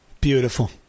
Beautiful